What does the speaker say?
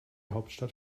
hauptstadt